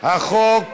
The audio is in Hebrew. חוק